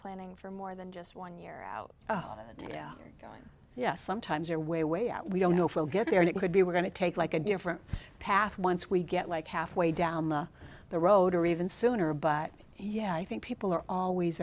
planning for more than just one year out oh yes sometimes are way way out we don't know if we'll get there and it could be we're going to take like a different path once we get like halfway down the the road or even sooner but yeah i think people are always